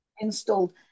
Installed